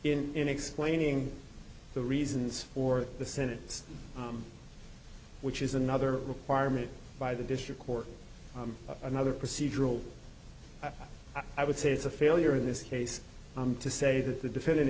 made in explaining the reasons for the senate which is another requirement by the district court of another procedural i would say it's a failure in this case to say that the defendant